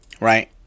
right